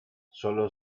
sólo